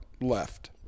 left